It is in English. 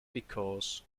because